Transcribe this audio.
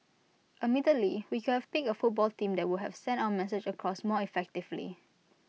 admittedly we could have picked A football team that would have sent our message across more effectively